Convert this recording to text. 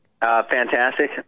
Fantastic